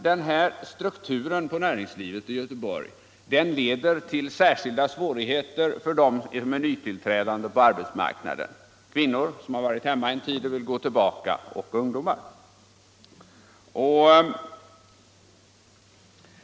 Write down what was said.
Denna struktur på näringslivet i Göteborg leder till särskilt stora svårigheter för dem som är nytillträdande på arbetsmarknaden — kvinnor som varit hemma en = Nr 87 tid och vill gå tillbaka till yrkeslivet samt ungdomar.